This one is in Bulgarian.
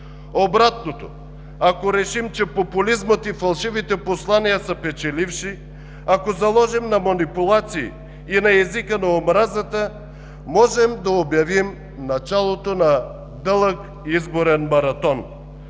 Обратното – ако решим, че популизмът и фалшивите послания са печеливши, ако заложим на манипулации и на езика на омразата, можем да обявим началото на дълъг изборен маратон.